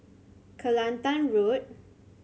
Kelantan Road